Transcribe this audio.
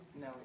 No